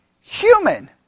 human